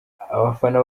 abafana